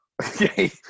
Okay